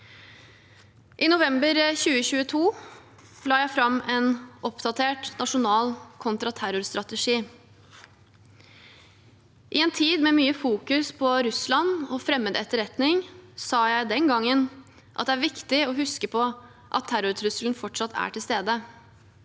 I november 2022 la jeg fram en oppdatert nasjonal kontraterrorstrategi. I en tid med mye søkelys på Russland og fremmed etterretning sa jeg den gangen at det er viktig å huske på at terrortrusselen fortsatt er til stede.